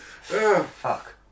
Fuck